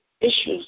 issues